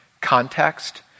context